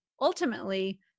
ultimately